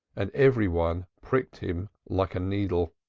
and every one pricked him like a needle.